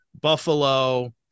Buffalo